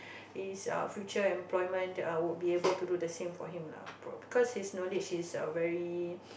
his uh future employment uh would be able to do the same for him lah because his knowledge is very